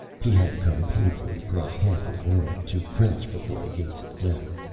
he had come painfully across half a world, to crouch before the gates of death.